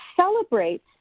celebrate